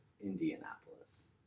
Indianapolis